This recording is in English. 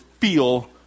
feel